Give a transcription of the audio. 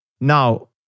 Now